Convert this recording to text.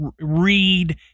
read